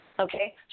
Okay